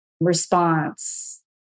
response